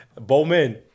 Bowman